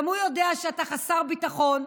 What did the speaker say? גם הוא יודע שאתה חסר ביטחון,